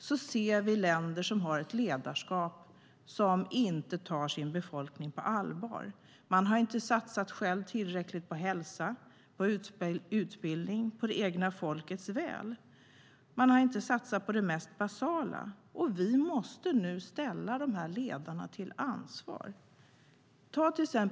Vi ser länder där ledarskapet inte tar sin befolkning på allvar. Man har inte satsat på hälsa, utbildning och det egna folkets väl. Man har inte satsat på det mest basala. Vi måste nu ställa ledarna till ansvar. Se på Kongo.